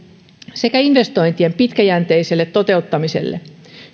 sekä investointien pitkäjänteiselle toteuttamiselle